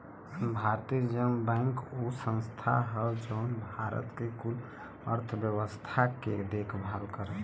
भारतीय reserve bank उ संस्था हौ जौन भारत के कुल अर्थव्यवस्था के देखभाल करला